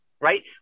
Right